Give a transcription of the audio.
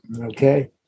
Okay